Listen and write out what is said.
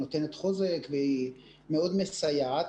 דבר שנותן חוזק ומאוד מסייע.